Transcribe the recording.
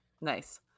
nice